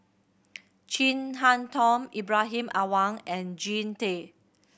Chin Harn Tong Ibrahim Awang and Jean Tay